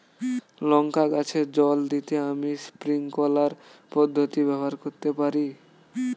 লঙ্কা গাছে জল দিতে আমি স্প্রিংকলার পদ্ধতি ব্যবহার করতে পারি?